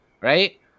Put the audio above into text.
Right